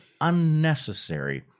unnecessary